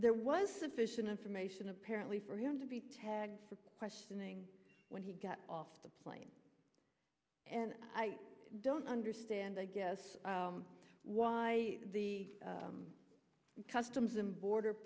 there was sufficient information apparently for him to be tagged for questioning when he got off the plane and i don't understand i guess why the customs and border